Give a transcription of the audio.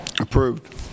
Approved